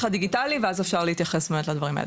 הדיגיטלי ואז אפשר להתייחס באמת לדברים האלה.